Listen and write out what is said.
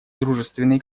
дружественные